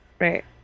right